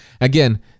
again